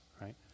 right